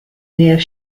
near